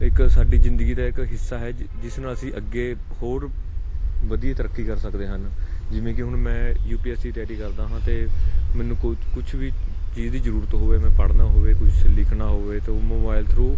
ਇੱਕ ਸਾਡੀ ਜ਼ਿੰਦਗੀ ਦਾ ਇੱਕ ਹਿੱਸਾ ਹੈ ਜਿਸ ਨੂੰ ਅਸੀਂ ਅੱਗੇ ਹੋਰ ਵਧੀਆ ਤਰੱਕੀ ਕਰ ਸਕਦੇ ਹਨ ਜਿਵੇਂ ਕਿ ਹੁਣ ਮੈਂ ਯੂਪੀਐਸਸੀ ਦੀ ਤਿਆਰੀ ਕਰਦਾ ਹਾਂ ਅਤੇ ਮੈਨੂੰ ਕੋਈ ਕੁਛ ਵੀ ਚੀਜ਼ ਦੀ ਜ਼ਰੂਰਤ ਹੋਵੇ ਮੈਂ ਪੜ੍ਹਨਾ ਹੋਵੇ ਕੁਛ ਲਿਖਣਾ ਹੋਵੇ ਅਤੇ ਉਹ ਮੋਬਾਇਲ ਥਰੂ